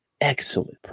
excellent